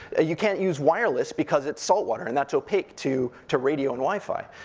you can't use wireless, because it's salt water, and that's opaque to to radio and wi-fi.